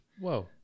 Whoa